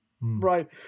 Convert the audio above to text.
right